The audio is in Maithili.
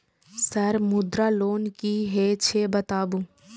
सर मुद्रा लोन की हे छे बताबू?